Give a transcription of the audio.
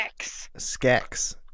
skex